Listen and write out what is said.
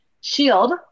shield